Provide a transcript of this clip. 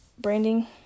branding